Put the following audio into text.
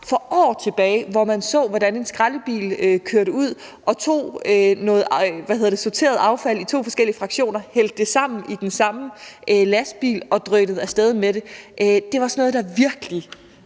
for år tilbage, hvor man så, hvordan en skraldebil kørte ud og tog noget affald, der var sorteret i to forskellige fraktioner, hældte det sammen i den samme lastbil og drønede af sted med det. Det var sådan noget, der virkelig